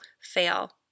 fail